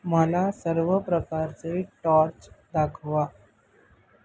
मला सर्व प्रकारचे टॉर्च दाखवा